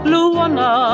Luana